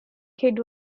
kid